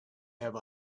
have